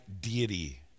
deity